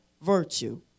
virtue